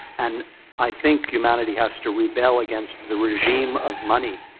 and i think humanity has to rebel against the regime of money.